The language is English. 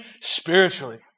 spiritually